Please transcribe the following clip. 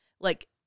Like-